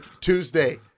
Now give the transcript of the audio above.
Tuesday